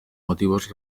motivos